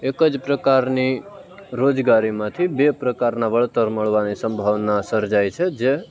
એક જ પ્રકારની રોજગારીમાંથી બે પ્રકારના વળતર મળવાની સંભાવના સર્જાય છે જે